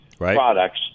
products